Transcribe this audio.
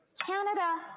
canada